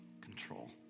control